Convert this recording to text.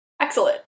Excellent